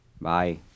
Bye